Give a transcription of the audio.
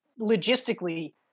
logistically